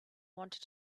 wanted